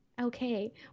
Okay